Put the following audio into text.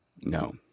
No